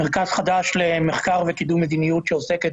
מרכז חדש למחקר וקידום מדיניות שעוסקת